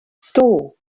store